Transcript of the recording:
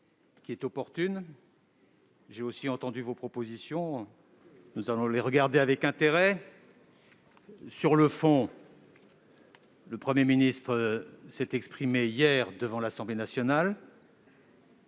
qui est opportune. J'ai aussi entendu vos propositions ; nous allons les examiner avec intérêt. Sur le fond, M. le Premier ministre s'est exprimé hier devant l'Assemblée nationale